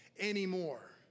anymore